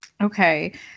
Okay